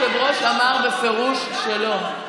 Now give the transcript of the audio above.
היושב-ראש אמר בפירוש שלא.